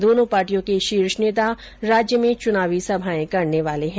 दोनों पार्टियों के शीर्ष नेता राज्य में चुनावी सभाएं करने वाले है